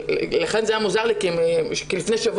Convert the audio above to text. ולכן זה היה מוזר לי כי לפני שבוע